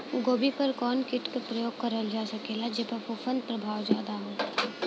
गोभी पर कवन कीट क प्रयोग करल जा सकेला जेपर फूंफद प्रभाव ज्यादा हो?